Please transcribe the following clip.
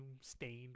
stained